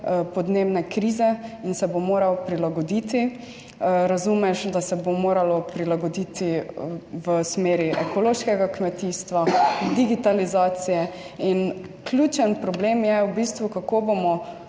podnebne krize in se bo moral prilagoditi, razumeš, da se bo moralo prilagoditi v smeri ekološkega kmetijstva, digitalizacije in ključen problem je v bistvu, kako bomo